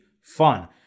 fun